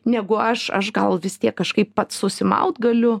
negu aš aš gal vis tiek kažkaip pats susimaut galiu